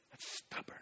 Stubborn